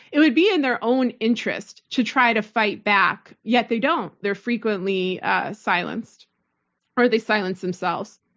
it would be in their own interest to try to fight back, yet, they don't. they're frequently silenced or they silence themselves.